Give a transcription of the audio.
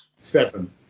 Seven